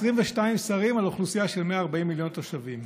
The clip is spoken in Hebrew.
22 שרים על אוכלוסייה של 140 מיליון תושבים.